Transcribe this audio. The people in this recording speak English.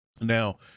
Now